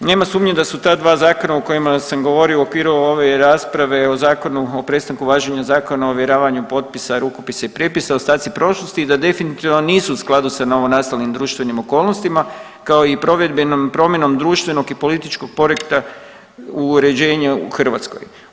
Nema sumnje da su ta dva zakona o kojima sam govorio u okviru ove rasprave o zakonu o prestanku važenja Zakona o ovjeravanju potpisa, rukopisa i prijepisa ostaci prošlosti i da definitivno nisu u skladu sa novonastalim društvenim okolnostima kao i provedbenom promjenom društvenog i političkog poretka u uređenju u Hrvatskoj.